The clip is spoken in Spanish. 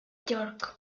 york